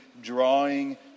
drawing